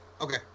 Okay